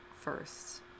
first